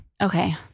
okay